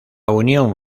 unión